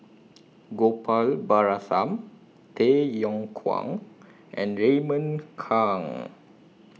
Gopal Baratham Tay Yong Kwang and Raymond Kang